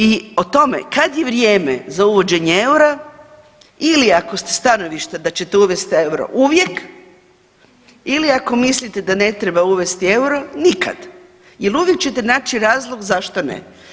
I o tome kad je vrijeme za uvođenje eura ili ako ste stanovišta da ćete uvesti euro uvijek ili ako mislite da ne treba uvesti euro nikada jer uvijek ćete naći razlog zašto ne.